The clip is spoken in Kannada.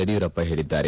ಯಡಿಯೂರಪ್ಪ ಹೇಳಿದ್ದಾರೆ